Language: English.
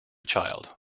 child